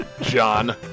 John